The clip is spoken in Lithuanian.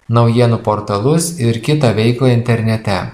naujienų portalus ir kitą veiklą internete